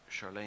Charlene